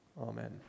Amen